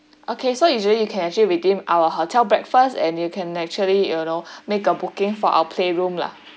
okay so usually you can actually redeem our hotel breakfast and you can actually you know make a booking for our playroom lah